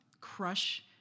crush